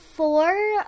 four